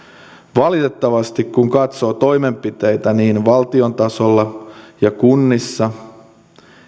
valitettavasti kun katsoo toimenpiteitä niin valtion tasolla kuin kunnissa